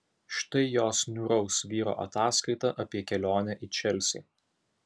štai jos niūraus vyro ataskaita apie kelionę į čelsį